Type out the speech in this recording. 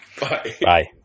Bye